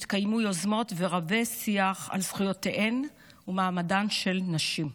יתקיימו יוזמות ורבי-שיח על זכויותיהן ומעמדן של נשים.